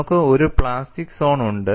നമുക്ക് ഒരു plastic zone ഉണ്ട്